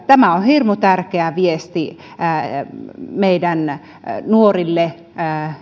tämä on hirmu tärkeä viesti meidän nuorille